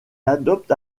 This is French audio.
adopte